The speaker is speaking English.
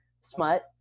smut